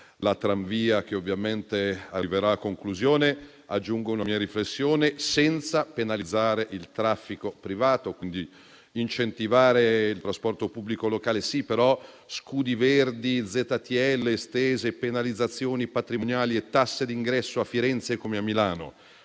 la tramvia, che ovviamente arriverà a conclusione. Aggiungo una mia riflessione: ciò avverrà senza penalizzare il traffico privato. Quindi, incentivare il trasporto pubblico locale, sì; però, scudi verdi, ZTL estese, penalizzazioni patrimoniali e tasse d'ingresso a Firenze come a Milano